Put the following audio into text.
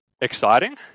exciting